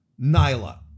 Nyla